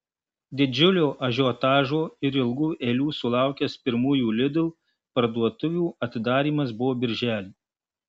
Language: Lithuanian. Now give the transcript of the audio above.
didžiulio ažiotažo ir ilgų eilių sulaukęs pirmųjų lidl parduotuvių atidarymas buvo birželį